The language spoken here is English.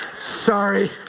Sorry